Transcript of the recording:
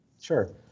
Sure